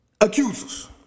accusers